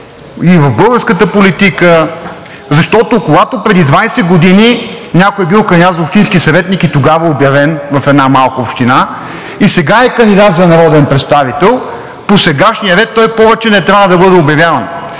и в българската политика? Защото, когато преди 20 години някой е бил кандидат за общински съветник и тогава е обявен в една малка община, а сега е кандидат за народен представител, по сегашния ред той повече не трябва да бъде обявяван.